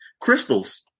Crystals